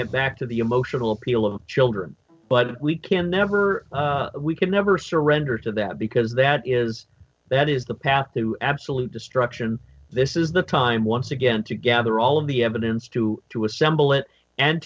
it back to the emotional appeal of children but we can never we can never surrender to that because that is that is the path to absolute destruction this is the time once again to gather all of the evidence to to assemble it and